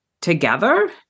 together